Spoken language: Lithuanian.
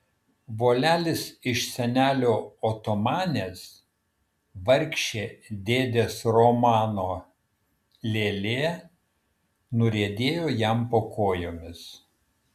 volelis iš senelio otomanės vargšė dėdės romano lėlė nuriedėjo jam po kojomis